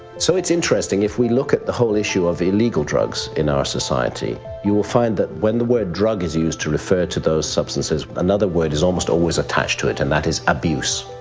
so it's interesting if we look at the whole issue of illegal drugs in our society you'll find that when the word drug is used to refer to those substances, another word is almost always attached to it and that is, abuse.